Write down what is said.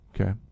Okay